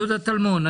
יהודה טלמון,